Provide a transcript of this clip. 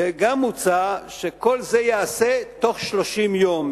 וגם מוצע שכל זה ייעשה בתוך 30 יום.